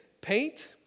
paint